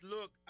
look